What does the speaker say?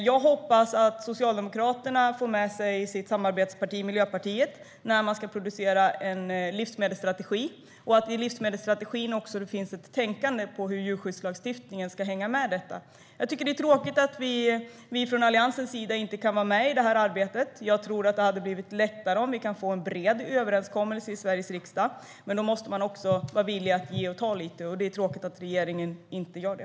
Jag hoppas att Socialdemokraterna får med sig sitt samarbetsparti Miljöpartiet när man ska producera en livsmedelsstrategi och att det i livsmedelsstrategin också finns ett tänkande på hur djurskyddslagstiftningen ska hänga med. Det är tråkigt att vi från Alliansens sida inte kan vara med i arbetet. Jag tror att det hade blivit lättare om vi kan få en bred överenskommelse i Sveriges riksdag. Men då måste man också vara villig att ge och ta lite. Det är tråkigt att regeringen inte gör det.